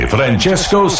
Francesco